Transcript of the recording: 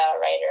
writer